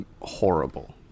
Horrible